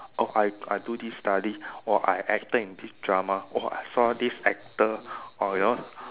oh I I do this study !whoa! I acted in this drama !whoa! I saw this actor ah you know